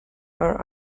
are